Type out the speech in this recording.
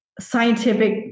scientific